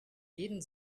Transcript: jeden